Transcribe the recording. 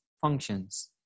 functions